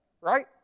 right